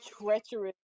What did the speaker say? treacherous